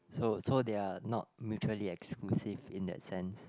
so so they are not mutually exclusive in that sense